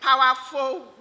powerful